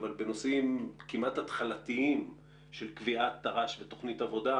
אבל בנושאים כמעט התחלתיים של קביעת תר"ש ותוכנית עבודה,